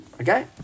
Okay